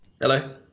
Hello